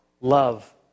love